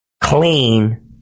clean